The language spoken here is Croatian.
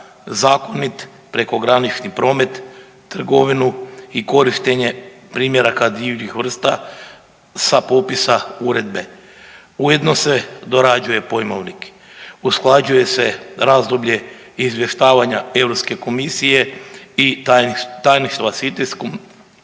zakonit prekogranični promet, trgovinu i korištenje primjeraka divljih vrsta sa popisa uredbe. Ujedno se dorađuje pojmovnik, usklađuje se razdoblje izvještavanja Europske komisije i tajništva …/Govornik